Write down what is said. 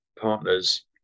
partners